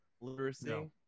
literacy